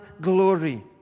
glory